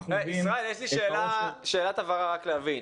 ישראל, יש לי שאלת הבהרה רק להבין.